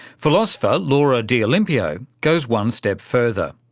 philosopher laura d'olimpio goes one step further.